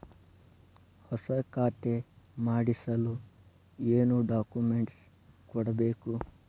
ಹೊಸ ಖಾತೆ ಮಾಡಿಸಲು ಏನು ಡಾಕುಮೆಂಟ್ಸ್ ಕೊಡಬೇಕು?